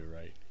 right